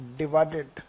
divided